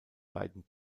beiden